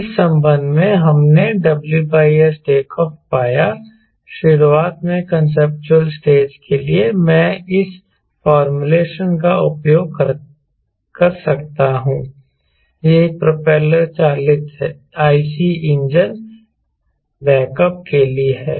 इस संबंध में हमने WSTO पाया शुरुआत में कांसेप्चुअल स्टेज के लिए मैं इस फॉर्मूलेशन का उपयोग कर सकता हूं यह एक प्रोपेलर चालित IC इंजन बैकअप के लिए है